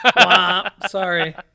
sorry